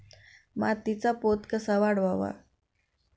मातीचा पोत कसा वाढवावा?